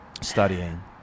Studying